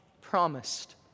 promised